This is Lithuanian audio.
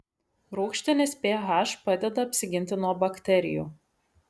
rūgštinis ph padeda apsiginti nuo bakterijų